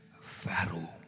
Pharaoh